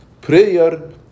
Prayer